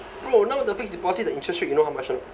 bro now the fixed deposit the interest rate you know how much or not